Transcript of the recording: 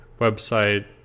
website